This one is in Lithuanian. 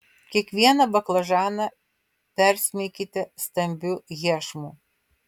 kiekvieną baklažaną persmeikite stambiu iešmu